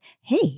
hey